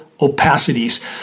opacities